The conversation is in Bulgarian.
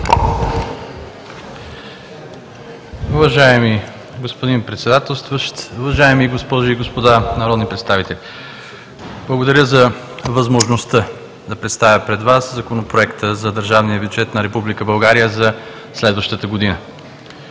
Уважаеми господин Председателстващ, уважаеми госпожи и господа народни представители! Благодаря за възможността да представя пред Вас Законопроекта за държавния бюджет на Република България за следващата година.